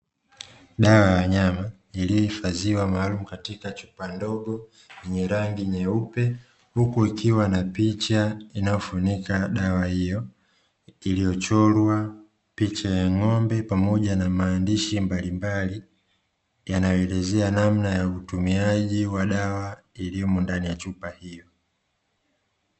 Dawa ya wanyama iliyohifadhiwa maalumu katika chupa ndogo yenye rangi nyeupe, huku ikiwa na picha inayofunika dawa hiyo iliyochorwa picha ya ng'ombe pamoja na maandishi mbalimbali yanayoelezea namna ya utumiaji wa dawa iliyomo ndani ya chupa hiyo.